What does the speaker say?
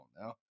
now